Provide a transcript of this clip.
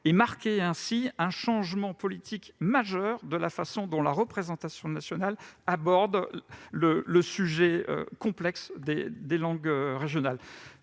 marquer un changement politique majeur de la façon dont la représentation nationale aborde le sujet complexe des langues régionales.